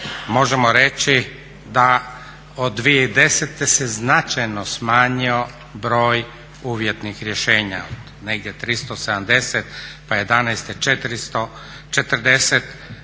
možemo reći da od 2010. se značajno smanjio broj uvjetnih rješenja, negdje 370, pa '11. 440, u 2013.